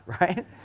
right